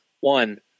One